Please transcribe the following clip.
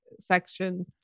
section